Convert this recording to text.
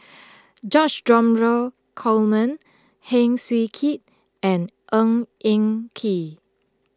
George Dromgold Coleman Heng Swee Keat and Ng Eng Kee